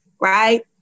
right